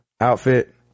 outfit